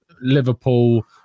Liverpool